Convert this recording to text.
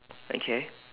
okay